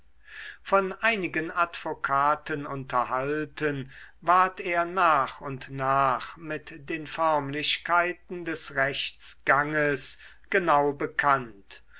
von einigen advokaten unterhalten ward er nach und nach mit den förmlichkeiten des rechtsganges genau bekannt